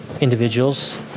individuals